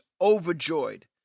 overjoyed